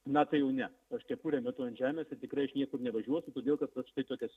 na tai jau ne aš kepurę metu ant žemės ir tikrai aš niekur nevažiuosiu todėl kad vat štai tokias